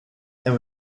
there